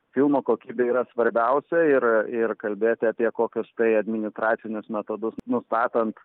filmo kokybė yra svarbiausia ir ir kalbėti apie kokius tai administracinius metodus nustatant